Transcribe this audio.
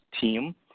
team